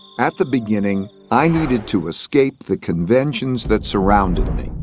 at the beginning, i needed to escape the conventions that surrounded me,